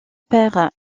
père